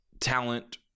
talent